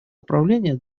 управления